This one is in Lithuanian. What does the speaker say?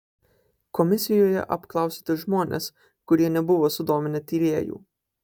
komisijoje apklausėte žmones kurie nebuvo sudominę tyrėjų